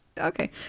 Okay